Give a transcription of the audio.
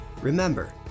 Remember